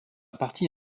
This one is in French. partie